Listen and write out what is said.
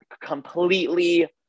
completely